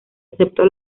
excepto